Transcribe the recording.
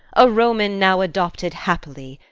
a roman now adopted happily,